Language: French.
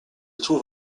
trouve